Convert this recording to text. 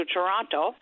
Toronto